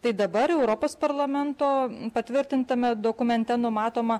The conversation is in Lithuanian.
tai dabar europos parlamento patvirtintame dokumente numatoma